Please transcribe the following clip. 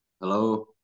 Hello